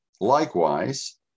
likewise